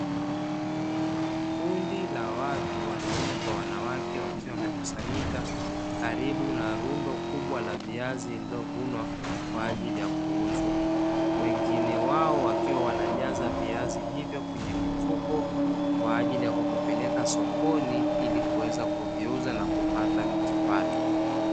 Kundi la watu wanaume kwa wanawake wakiwa wamekusanyika karibu na rundo kubwa la viazi lilovunwa kwa ajili ya kuuzwa, wengine wao wakiwa wanajaza viazi hivyo kwenye mifuko kwa ajili ya kuvipeleka sokoni ili kuweza kuviuza na kupata kipato.